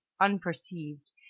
unperceived